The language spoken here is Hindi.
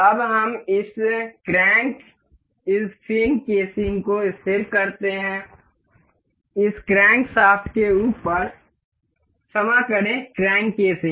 अब हम इस क्रैंक इस फिन केसिंग को स्थिर करते हैं इस क्रैंकशाफ्ट के ऊपर क्षमा करें क्रैंक केसिंग